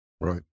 Right